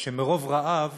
שמרוב רעב